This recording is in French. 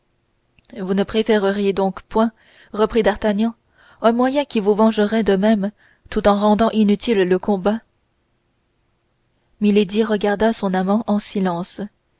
vous ne préféreriez donc point reprit d'artagnan un moyen qui vous vengerait de même tout en rendant inutile le combat milady regarda son amant en silence